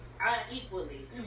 Unequally